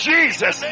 Jesus